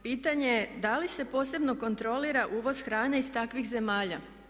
Pitanje je da li se posebno kontrolira uvoz hrane iz takvih zemalja?